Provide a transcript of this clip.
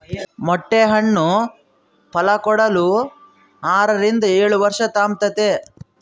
ಮೊಟ್ಟೆ ಹಣ್ಣು ಫಲಕೊಡಲು ಆರರಿಂದ ಏಳುವರ್ಷ ತಾಂಬ್ತತೆ